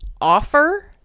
offer